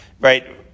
right